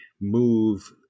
move